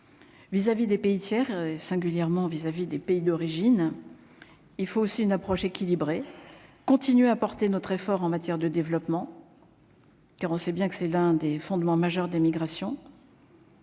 vis-à-vis des pays tiers et singulièrement vis-à-vis des pays d'origine, il faut aussi une approche équilibrée, continuer à porter notre effort en matière de développement car on sait bien que c'est l'un des fondements majeurs d'. Cette